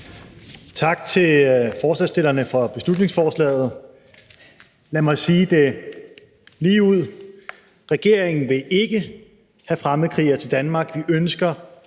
tak til forslagsstillerne for beslutningsforslaget. Lad mig sige det ligeud: Regeringen vil ikke have fremmedkrigere til Danmark. Vi ønsker